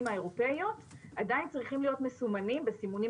האירופאיות עדיין צריכים להיות מסומנים בסימנים